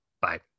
Bye